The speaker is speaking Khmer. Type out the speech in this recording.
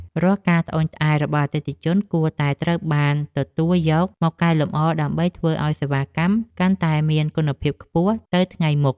រាល់ការត្អូញត្អែររបស់អតិថិជនគួរតែត្រូវបានទទួលយកមកកែលម្អដើម្បីធ្វើឱ្យសេវាកម្មកាន់តែមានគុណភាពខ្ពស់ទៅថ្ងៃមុខ។